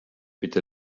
bitte